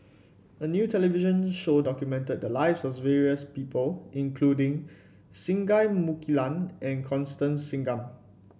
a new television show documented the lives of various people including Singai Mukilan and Constance Singam